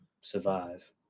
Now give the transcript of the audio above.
survive